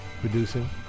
Producing